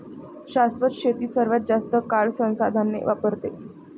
शाश्वत शेती सर्वात जास्त काळ संसाधने वापरते